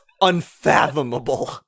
unfathomable